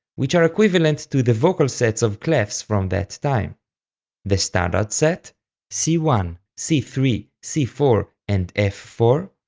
which are equivalent to the vocal sets of clefs from that time the standard set c one, c three, c four, and f four,